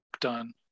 done